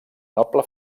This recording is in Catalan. noble